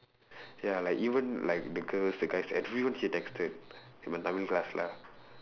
ya like even like the girls the guys everyone she texted in my tamil class lah